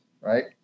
right